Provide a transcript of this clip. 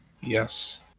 Yes